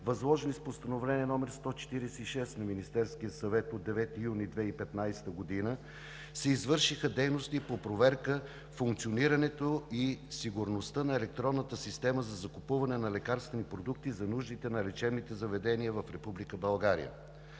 възложени с Постановление № 146 на Министерския съвет от 9 юни 2015 г., се извършиха дейности по проверка на функционирането и сигурността на електронната система за закупуване на лекарствени продукти за нуждите на лечебните заведения в Република България.